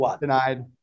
Denied